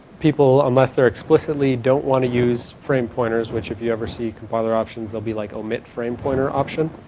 people unless they explicitly don't want to use frame pointers which if you ever see compiler options will be like omit frame pointer option